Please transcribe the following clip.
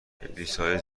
کلیسای